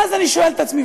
ואז אני שואל את עצמי,